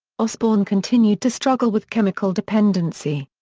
osbourne continued to struggle with chemical dependency.